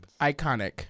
Iconic